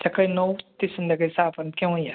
सकाळी नऊ ते संध्याकाळी सहापर्यंत केव्हाही या